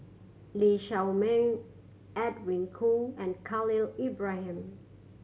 Lee Shao Meng Edwin Koo and Khalil Ibrahim